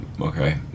okay